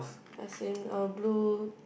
as in a blue